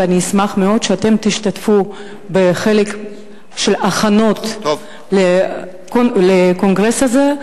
ואשמח מאוד אם אתם תשתתפו בחלק של ההכנות לקונגרס הזה,